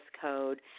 code